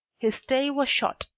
his stay was short,